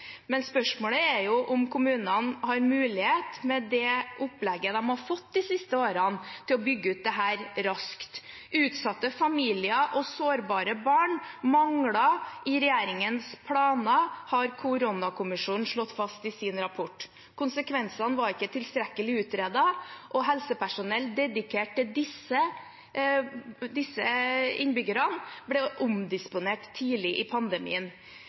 men spørsmålet er jo om kommunene, med det opplegget de har fått de siste årene, har mulighet til å bygge ut dette raskt. Utsatte familier og sårbare barn mangler i regjeringens planer, har koronakommisjonen slått fast i sin rapport. Konsekvensene var ikke tilstrekkelig utredet, og helsepersonell dedikert til disse innbyggerne ble omdisponert tidlig i pandemien.